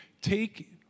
take